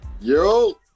Yo